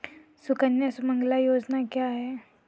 सुकन्या सुमंगला योजना क्या है?